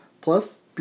Plus